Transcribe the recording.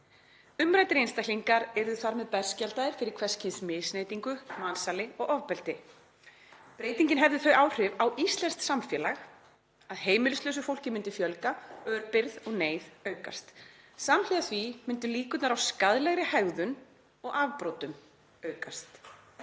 Umræddir einstaklingar yrðu þar með berskjaldaðir fyrir hvers kyns misneytingu, mansali og ofbeldi. Breytingin hefði þau áhrif á íslenskt samfélag að heimilislausu fólki myndi fjölga, örbirgð og neyð aukast. Samhliða því myndu líkurnar á skaðlegri hegðun og afbrotum aukast.